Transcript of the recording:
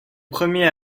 premier